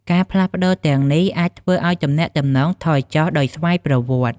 ការផ្លាស់ប្តូរទាំងនេះអាចធ្វើឱ្យទំនាក់ទំនងថយចុះដោយស្វ័យប្រវត្តិ។